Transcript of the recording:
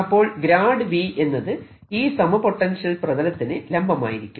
അപ്പോൾ V എന്നത് ഈ സമ പൊട്ടൻഷ്യൽ പ്രതലത്തിന് ലംബമായിരിക്കും